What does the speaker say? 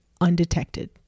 undetected